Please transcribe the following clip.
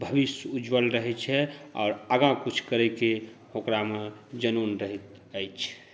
भविष्य उज्ज्वल रहै छै आर आगाँ किछु करयके ओकरामे जनून रहैत अछि